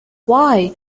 why